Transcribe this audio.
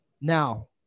Now